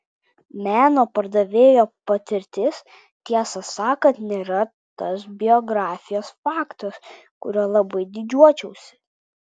meno pardavėjo patirtis tiesą sakant nėra tas biografijos faktas kuriuo labai didžiuočiausi